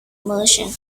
merchant